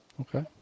Okay